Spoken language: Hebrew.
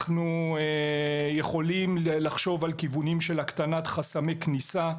אנחנו יכולים לחשוב על כיוונים של הקטנת חסמי כניסה.